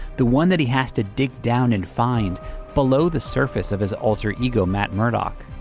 the one that he has to dig down and find below the surface of his alter ego matt murdock.